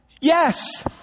Yes